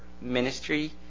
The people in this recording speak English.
ministry